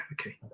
okay